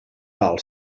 val